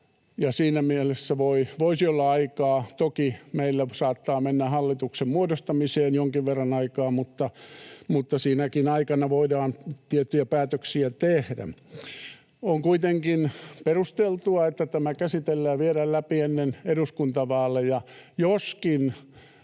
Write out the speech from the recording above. Siinä mielessä voisi olla aikaa. Toki meillä saattaa mennä hallituksen muodostamiseen jonkin verran aikaa, mutta sinäkin aikana voidaan tiettyjä päätöksiä tehdä. On kuitenkin perusteltua, että tämä käsitellään, viedään läpi ennen eduskuntavaaleja,